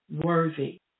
worthy